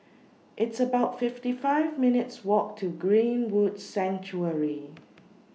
It's about fifty five minutes' Walk to Greenwood Sanctuary